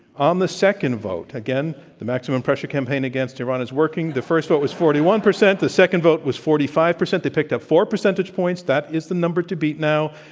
on the second vote, again, the maximum pressure campaign against iran is working, the first vote was forty one percent, the second vote was forty five percent. they picked up four percentage points. that is the number to beat now.